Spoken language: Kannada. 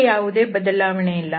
ಬೇರೆ ಯಾವುದೇ ಬದಲಾವಣೆಯಿಲ್ಲ